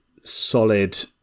solid